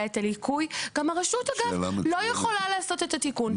הליקוי וגם הרשות לא יכולה לעשות את התיקון?